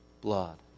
blood